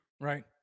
right